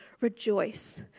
Rejoice